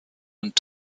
und